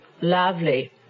Lovely